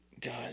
God